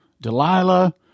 Delilah